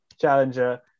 challenger